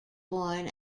born